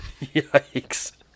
Yikes